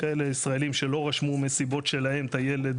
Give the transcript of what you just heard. כאלה ישראלים שלא רשמו מסיבות שלהם את הילד